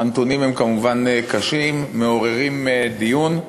הנתונים הם כמובן קשים ומעוררים דיון,